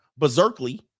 Berserkly